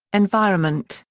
environment,